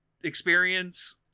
experience